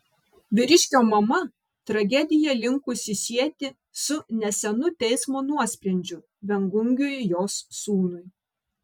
vyriškio mama tragediją linkusi sieti su nesenu teismo nuosprendžiu viengungiui jos sūnui